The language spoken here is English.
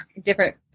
different